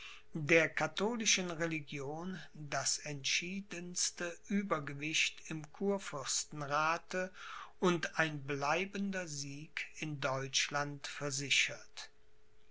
der katholischen religion das entschiedenste uebergewicht im kurfürstenrathe und ein bleibender sieg in deutschland versichert